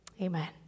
Amen